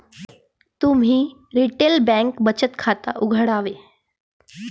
तुम्ही रिटेल बँकेत बचत खाते उघडावे